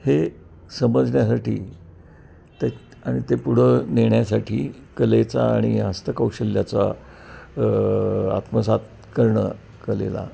हे समजण्यासाठी त्या आणि ते पुढं नेण्यासाठी कलेचा आणि हस्तकौशल्याचा आत्मसात करणं कलेला